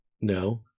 No